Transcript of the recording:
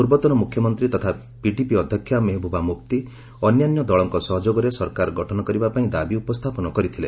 ପୂର୍ବତନ ମୁଖ୍ୟମନ୍ତ୍ରୀ ତଥା ପିଡିପି ଅଧ୍ୟକ୍ଷା ମେହେବୁବା ମୁଫ୍ତି ଅନ୍ୟାନ୍ୟ ଦଳଙ୍କ ସହଯୋଗରେ ସରକାର ଗଠନ କରିବା ପାଇଁ ଦାବି ଉପସ୍ଥାପନ କରିଥିଲେ